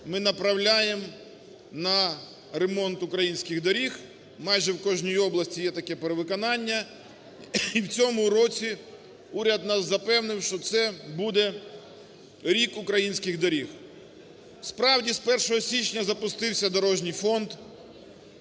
ми направляємо на ремонт українських доріг, майже в кожній області є таке перевиконання. І в цьому році уряд нас запевнив, що це буде рік українських доріг. Справді, з 1 січня запустився дорожній фонд.